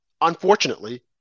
unfortunately